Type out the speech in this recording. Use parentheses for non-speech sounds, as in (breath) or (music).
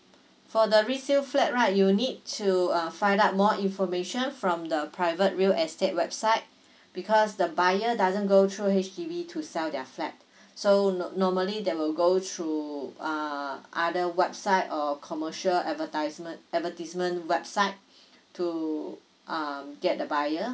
(breath) for the resale flat right you need to uh find out more information from the private real estate website (breath) because the buyer doesn't go through H_D_B to sell their flat (breath) so nor~ normally they will go through uh other website or commercial advertiseme~ advertisement website (breath) to um get the buyer